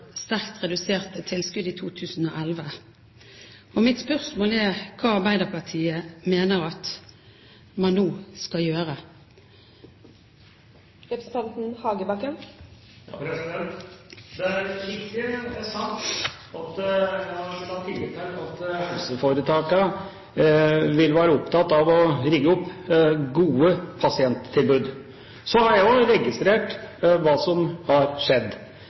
sterkt reduserte tilskudd i 2011. Mitt spørsmål er: Hva mener Arbeiderpartiet at man nå skal gjøre? Det er riktig som jeg sa, at jeg har tillit til at helseforetakene vil være opptatt av å rigge opp gode pasienttilbud. Så har jeg også registrert hva som har skjedd.